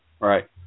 Right